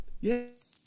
yes